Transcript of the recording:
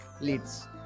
leads